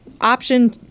option